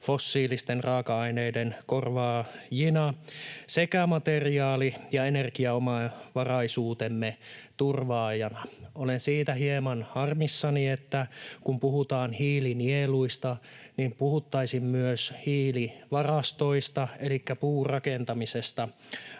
fossiilisten raaka-aineiden korvaajina sekä materiaali- ja energiaomavaraisuutemme turvaajina. Olen siitä hieman harmissani, että kun puhutaan hiilinieluista, niin ei puhuta myös hiilivarastoista elikkä puurakentamisesta.